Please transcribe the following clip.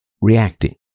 reacting